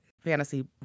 fantasy